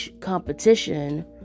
competition